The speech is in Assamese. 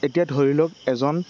এতিয়া ধৰি লওক এজন